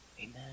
Amen